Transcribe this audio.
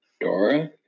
Dora